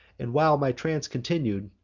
and, while my trance continued,